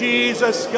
Jesus